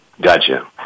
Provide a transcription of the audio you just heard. Gotcha